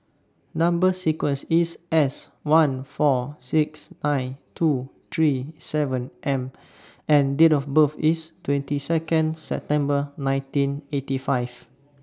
Number sequence IS S one four six nine two three seven M and Date of birth IS twenty Second September nineteen eighty five